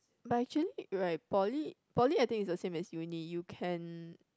but actually right poly poly I think it's the same as you need you can